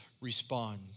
respond